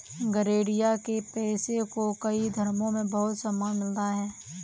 गरेड़िया के पेशे को कई धर्मों में बहुत सम्मान मिला है